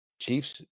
Chiefs